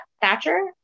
Thatcher